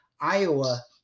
Iowa